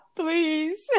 please